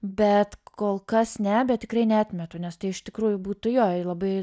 bet kol kas ne bet tikrai neatmetu nes tai iš tikrųjų būtų jo labai